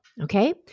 okay